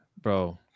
bro